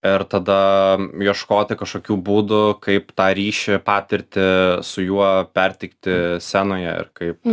ir tada ieškoti kažkokių būdų kaip tą ryšį patirtį su juo perteikti scenoje ir kaip